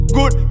Good